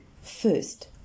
first